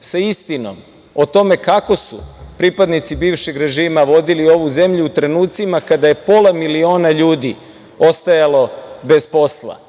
sa istinom o tome kako su pripadnici bivšeg režima vodili ovu zemlju u trenucima kada je pola miliona ljudi ostajalo bez posla,